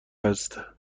است